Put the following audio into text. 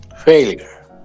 Failure